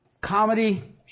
comedy